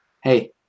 hey